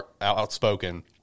outspoken